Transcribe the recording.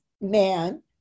man